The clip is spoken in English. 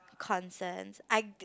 concerns I